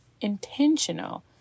intentional